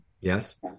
Yes